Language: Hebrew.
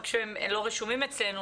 רק שהם לא רשומים אצלנו,